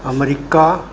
America